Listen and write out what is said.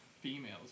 female's